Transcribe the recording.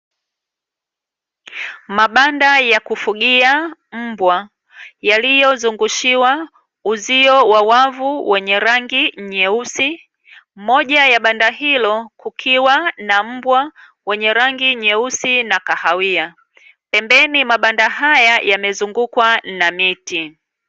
Mabanda ya kufugia mbwa, yaliyozungushiwa uzio ya wavu wenye rangi nyeusi moja ya banda hilo kukiwa na mbwa mwenye rangi nyeusi na kahawia. pembeni mabanda haya yamezungukwa na miti.